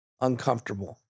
uncomfortable